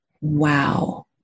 wow